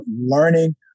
learning